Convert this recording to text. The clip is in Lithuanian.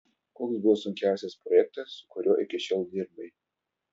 koks buvo sunkiausias projektas su kuriuo iki šiol dirbai